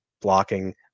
blocking –